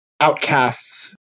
outcasts